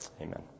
Amen